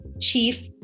chief